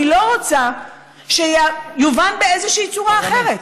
אני לא רוצה שיובן באיזושהי צורה אחרת.